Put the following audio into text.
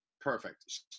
Perfect